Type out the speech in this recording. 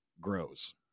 grows